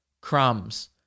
crumbs